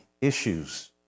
issues